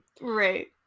right